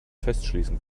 festschließen